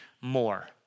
more